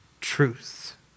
truth